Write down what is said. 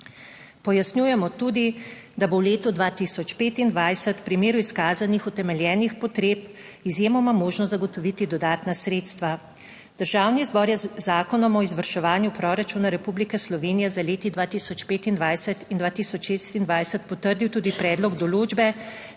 Pojasnjujemo tudi, da bo v letu 2025 v primeru izkazanih utemeljenih potreb izjemoma možno zagotoviti dodatna sredstva. Državni zbor je z Zakonom o izvrševanju proračuna Republike Slovenije za leti 2025 in 2026 potrdil tudi predlog določbe,